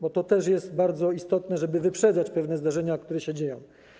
Bo to też jest bardzo istotne, żeby wyprzedzać pewne zdarzenia, które się dzieją.